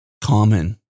common